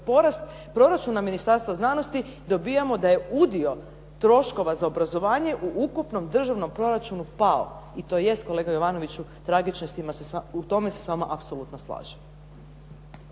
proračuna Ministarstva znanosti, dobijamo da je udio troškova za obrazovanje u ukupnom državnom proračunu pao. I to jest kolega Jovanoviću tragično i u tome se s vama apsolutno slažem.